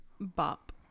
Bop